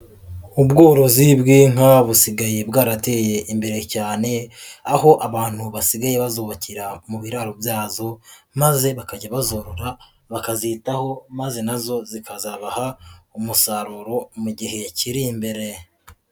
Ubworozi bw'inka busigaye bwarateye imbere cyane, aho abantu basigaye bazubakira mu biraro byazo maze bakajya bazorora bakazitaho maze na zo zikazabaha umusaruro mu gihe kiri imbere.